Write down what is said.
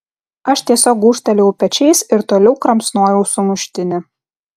aš tiesiog gūžtelėjau pečiais ir toliau kramsnojau sumuštinį